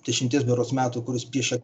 dešimties berods metų kuris piešia